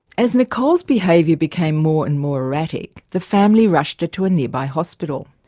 as nichole's behaviour became more and more erratic the family rushed her to a nearby hospital.